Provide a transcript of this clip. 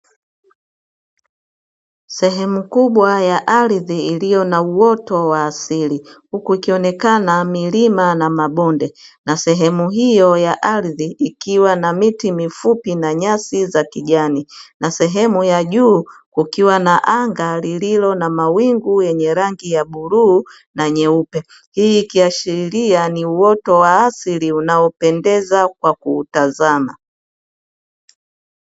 Sehemu kubwa ya ardhi iliyo na uoto wa asili, huku ikionekana milima na mabonde. Na sehemu hiyo ya ardhi ikiwa na miti mifupi, na nyasi za kijani na sehemu ya juu kukiwa na anga lililo na mawingu yenye rangi ya bluu, na nyeupe; hii ikiashiria kuwa ni uoto wa asili unaopendeza kwa kuutazama.